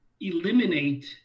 eliminate